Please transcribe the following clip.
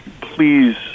please